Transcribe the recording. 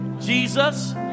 Jesus